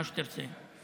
מה שתרצה.